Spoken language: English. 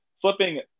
flipping